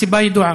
הסיבה ידועה: